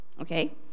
Okay